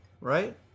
right